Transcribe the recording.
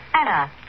Anna